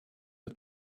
the